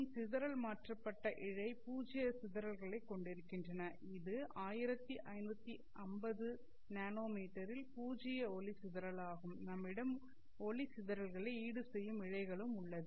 மற்றும் சிதறல் மாற்றப்பட்ட இழை பூஜ்ஜிய சிதறல்களை கொண்டிருக்கின்றன இது 1550 என்எம் இல் பூஜ்ஜிய ஒளி சிதறல் ஆகும் நம்மிடம் ஒளி சிதறல்களை ஈடுசெய்யும் இழைகளும் உள்ளது